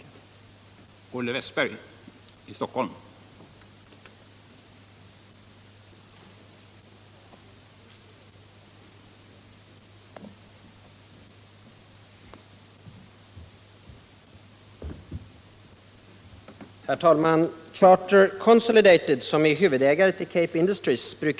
övertagande av